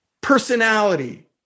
Personality